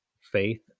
faith